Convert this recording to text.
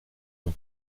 nom